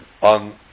on